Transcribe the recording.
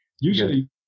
Usually